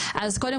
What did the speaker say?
שחשוב